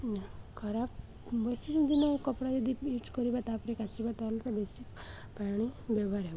ନା ଖରାପ ବେଶୀ ଦିନ କପଡ଼ା ଯଦି ୟୁଜ କରିବା ତାପରେ କାଚିବା ତାହେଲେ ତ ବେଶୀ ପାଣି ବ୍ୟବହାର ହେବ